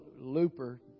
Looper